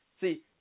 see